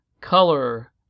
color